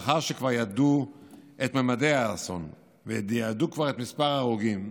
לאחר שכבר ידעו את ממדי האסון וידעו כבר את מספר ההרוגים,